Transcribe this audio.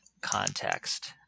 context